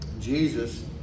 Jesus